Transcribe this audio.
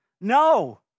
No